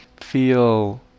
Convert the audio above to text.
feel